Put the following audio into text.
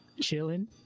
chilling